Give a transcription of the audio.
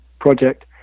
project